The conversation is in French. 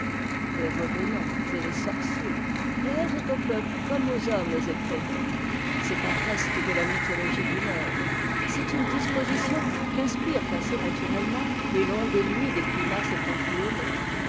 les revenants et les sorciers plaisent au peuple comme aux hommes éciairés c'est un reste de la mythologie du nord c'est une disposition qu'inspirent assez naturellement les longues nuits des'climats septentrionaux